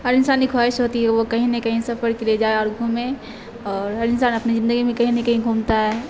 ہر انسان کی خواہش ہوتی ہے وہ کہیں نہ کہیں سفر کے لیے جائے اور گھومیں اور ہر انسان اپنی زندگی میں کہیں نہ کہیں گھومتا ہے